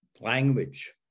language